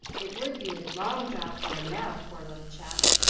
it would be a long job for him now, poor little chap,